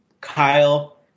Kyle